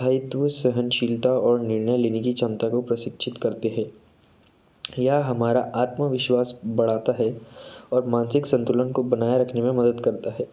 स्थायित्व सहनशीलता और निर्णय लेने की क्षमता को प्रशिक्षित करते हैं यह हमारा आत्मविश्वास बढ़ाता है और मानसिक संतुलन को बनाए रखने में मदद करता है